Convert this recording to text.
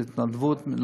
איזו התנדבות,